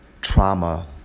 trauma